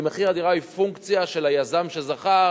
כי מחיר הדירה הוא פונקציה של היזם שזכה,